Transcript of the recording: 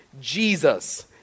Jesus